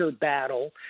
battle